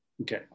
Okay